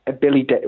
Billy